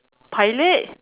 pilot